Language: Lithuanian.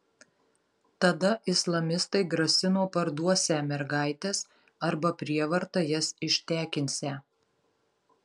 tada islamistai grasino parduosią mergaites arba prievarta jas ištekinsią